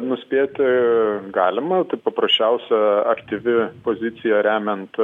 nuspėti galima tai paprasčiausia aktyvi pozicija remiant